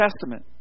Testament